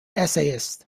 essayist